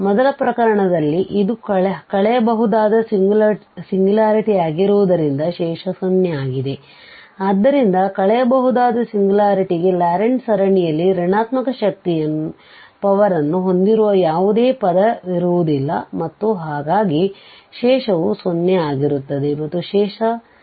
ಮೊದಲ ಪ್ರಕರಣದಲ್ಲಿ ಇದು ಕಳೆಯಬಹುದಾದ ಸಿಂಗ್ಯುಲಾರಿಟಿಯಾಗಿರುವುದರಿಂದ ಶೇಷ 0 ಆಗಿದೆ ಆದ್ದರಿಂದ ಕಳೆಯಬಹುದಾದ ಸಿಂಗ್ಯುಲಾರಿಟಿಗೆ ಲಾರೆಂಟ್ ಸರಣಿಯಲ್ಲಿ ಋಣಾತ್ಮಕ ಶಕ್ತಿಯನ್ನು ಹೊಂದಿರುವ ಯಾವುದೇ ಪದವಿರುವುದಿಲ್ಲ ಮತ್ತು ಹಾಗಾಗಿ ಶೇಷವು 0 ಆಗಿರುತ್ತದೆ ಮತ್ತು ಶೇಷ z 1